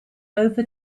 over